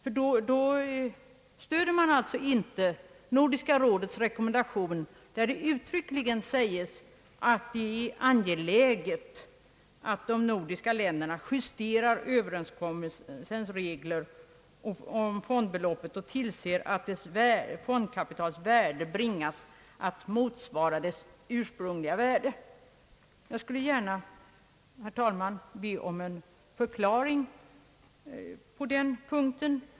Då stöder man alltså inte Nordiska rådets rekommendation, där det uttryckligen sägs att det är angeläget att de nordiska länderna justerar överenskommelsens regler om fondbeloppet och tillser att fondkapitalets värde bringas till sin ursprungliga nivå. Jag skulle, herr talman, vilja be om en förklaring på den punkten.